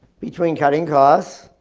between cutting costs,